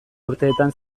urteetan